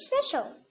special